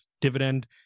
dividend